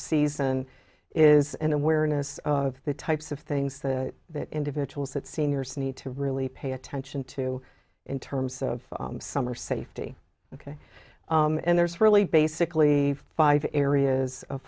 season is an awareness of the types of things that that individuals that seniors need to really pay attention to in terms of summer safety and there's really basically five areas of